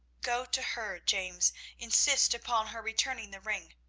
go to her, james insist upon her returning the ring,